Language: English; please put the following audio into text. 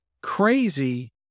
crazy